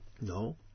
no